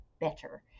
better